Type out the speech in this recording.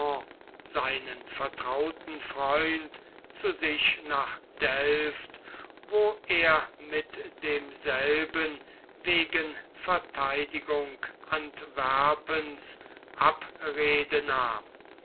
seinen vertrauten freund zu sich nach delft wo er mit demselben wegen verteidigung antwerpens abrede nahm